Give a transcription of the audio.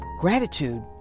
gratitude